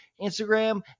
Instagram